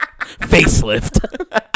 Facelift